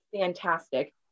fantastic